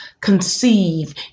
conceive